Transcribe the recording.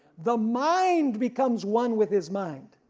the mind becomes one with his mind,